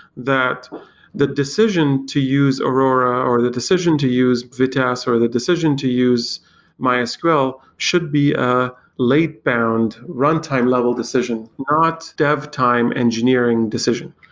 that the decision to use aurora or the decision to use vitess or the decision to use mysql should be a laid-bound runtime level decision, not dev time engineering decision.